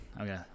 Okay